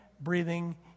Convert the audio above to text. breathing